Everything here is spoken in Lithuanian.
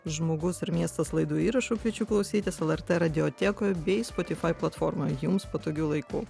žmogus ir miestas laidų įrašų kviečiu klausytis lrt radiotekoj bei spotifai platformoj jums patogiu laiku